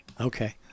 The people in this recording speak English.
Okay